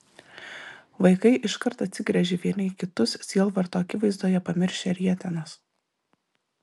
vaikai iškart atsigręžė vieni į kitus sielvarto akivaizdoje pamiršę rietenas